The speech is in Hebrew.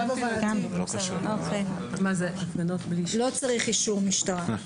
--- לא צריך אישור משטרה.